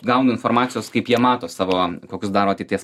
gaunu informacijos kaip jie mato savo kokius daro ateities